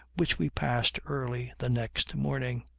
which we passed early the next morning.